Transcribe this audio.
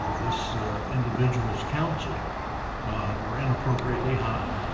this individual's counsel were inappropriately high.